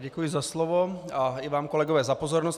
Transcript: Děkuji za slovo i vám kolegové za pozornost.